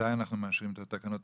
מתי אנחנו מאשרים את התקנות?